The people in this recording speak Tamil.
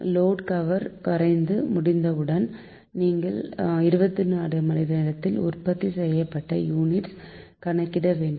லோடு கர்வ் வரைந்து முடித்தவுடன் நீங்கள் 24 மணிநேரத்தில் உற்பத்தி செய்யப்பட்ட யூனிட்ஸ் கணக்கிடவேண்டும்